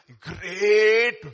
great